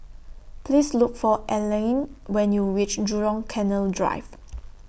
Please Look For Elayne when YOU REACH Jurong Canal Drive